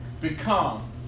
become